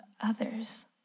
others